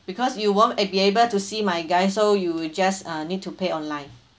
because you won't be able to see my guy so you just uh need to pay online